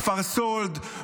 כפר סאלד,